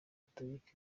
gatolika